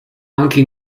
anche